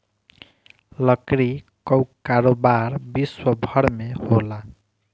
लकड़ी कअ कारोबार विश्वभर में होला